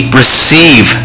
receive